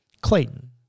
Clayton